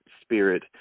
spirit